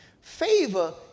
Favor